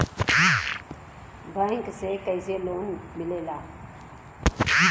Bank से कइसे loan मिलेला?